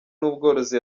n’ubworozi